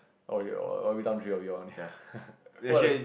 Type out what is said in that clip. orh you all every time three of you only ah who are the